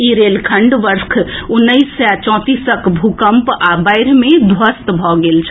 ई रेलखण्ड वर्ष उन्नैस सय चौंतीसक भूकम्प आ बाढ़ि मे ध्वस्त भऽ गेल छल